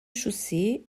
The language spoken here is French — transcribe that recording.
chaussée